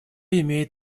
имеет